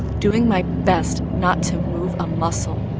doing my best not to move a muscle.